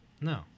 No